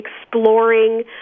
exploring